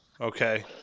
Okay